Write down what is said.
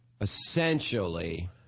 essentially